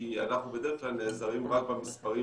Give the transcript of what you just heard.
כי אנחנו בדרך כלל נעזרים רק במספרים